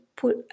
put